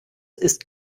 ist